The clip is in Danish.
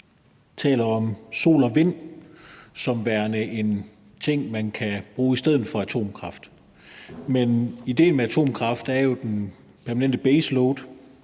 taler om sol og vind som værende ting, man kan bruge i stedet for atomkraft. Men idéen med atomkraft er jo den permanente baseload